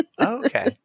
Okay